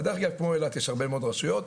ודרך אגב כמו אילת יש הרבה מאוד רשויות,